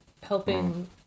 helping